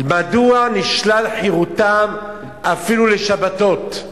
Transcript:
מדוע נשללת חירותם אפילו לשבתות?